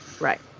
Right